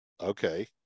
Okay